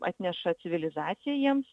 atneša civilizaciją jiems